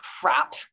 crap